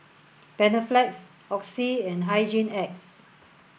Panaflex Oxy and Hygin X